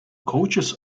coaches